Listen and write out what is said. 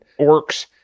orcs